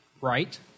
right